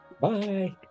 Bye